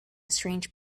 strange